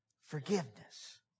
forgiveness